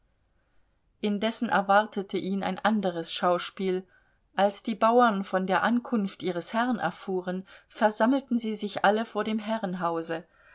indessen erwartete ihn ein anderes schauspiel als die bauern von der ankunft ihres herrn erfuhren versammelten sie sich alle vor dem herrenhause